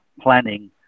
planning